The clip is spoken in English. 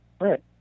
Right